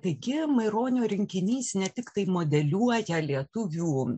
taigi maironio rinkinys ne tiktai modeliuoja lietuvių